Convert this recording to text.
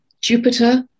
Jupiter